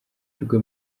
rwe